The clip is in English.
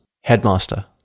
headmaster